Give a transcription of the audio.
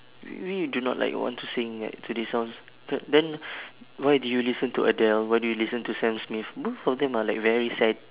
you mean you do not like want to sing like today songs but then why do you listen to adele why do you listen to sam smith both of them are like very sad